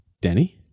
Danny